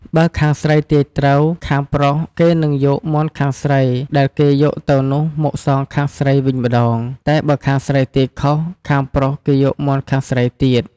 បើខាងស្រីទាយត្រូវ ខាងប្រុសគេនឹងយកមាន់ខាងស្រីដែលគេយកទៅនោះមកសងខាងស្រីវិញម្តង តែបើខាងស្រីទាយខុស ខាងប្រុសគេយកមាន់ខាងស្រីទៀត។